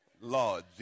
Lord